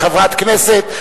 והיא חברת הכנסת,